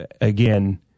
again